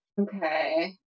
Okay